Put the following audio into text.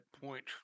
point